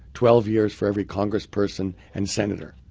twelve years for every congressperson and senator.